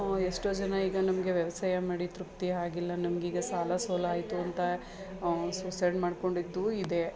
ಎಷ್ಟೋ ಜನ ಈಗ ನಮಗೆ ವ್ಯವಸಾಯ ಮಾಡಿ ತೃಪ್ತಿಯಾಗಿಲ್ಲ ನಮಗೀಗ ಸಾಲ ಸೋಲ ಆಯಿತು ಅಂತ ಸುಸೈಡ್ ಮಾಡಿಕೊಂಡಿದ್ದೂ ಇದೆ